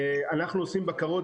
אנחנו עושים בקרות,